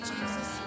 Jesus